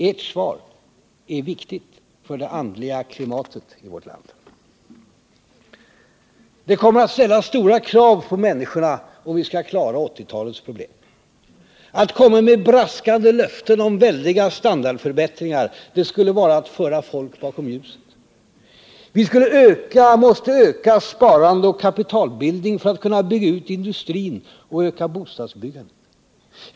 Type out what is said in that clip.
Ert svar är viktigt för det andliga klimatet i vårt land. Det kommer att ställas stora krav på människorna om vi skall klara 1980-talets problem. Att komma med braskande löften om väldiga standardförbättringar skulle vara att föra folk bakom ljuset. Vi måste öka sparande och kapitalbildning för att kunna bygga ut industrin och öka bostadsbyggandet.